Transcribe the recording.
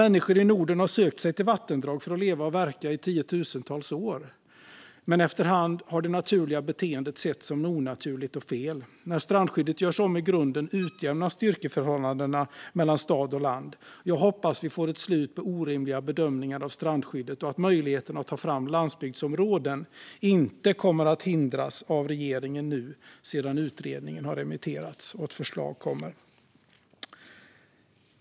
Människor i Norden har i tiotusentals år sökt sig till vattendrag för att leva och verka. Men efter hand har det naturliga beteendet setts som onaturligt och fel. När strandskyddet görs om i grunden utjämnas styrkeförhållandena mellan stad och land. Jag hoppas att vi får ett slut på orimliga bedömningar av strandskyddet och att möjligheterna att ta fram landsbygdsområden inte kommer att hindras av regeringen nu sedan utredningen har remitterats och förslag ska komma. Herr talman!